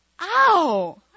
ow